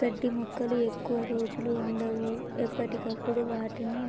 గడ్డి మొక్కలు ఎక్కువ రోజులు వుండవు, ఎప్పటికప్పుడు వాటిని